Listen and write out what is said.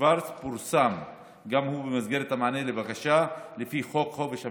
שוורץ פורסם גם הוא במסגרת המענה לבקשה לפי חוק חופש המידע,